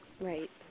Right